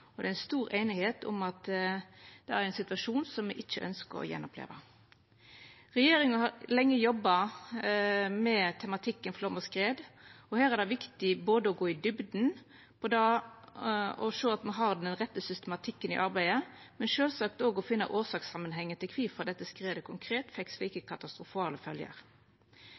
og det er stor einigheit om at det er ein situasjon som me ikkje ønskjer å oppleva om att. Regjeringa har lenge jobba med tematikken flaum og skred, og her er det viktig både å gå i djupna av det og sjå at me har den rette systematikken i arbeidet, og – sjølvsagt – å finna årsakssamanhengen til kvifor dette skredet konkret fekk slike katastrofale følgjer.